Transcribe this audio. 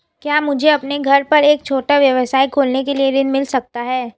क्या मुझे अपने घर पर एक छोटा व्यवसाय खोलने के लिए ऋण मिल सकता है?